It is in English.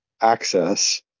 access